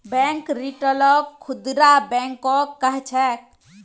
bank रिटेलक खुदरा बैंको कह छेक